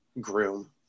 groom